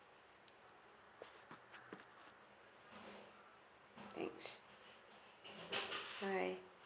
thanks bye